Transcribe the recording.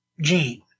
Gene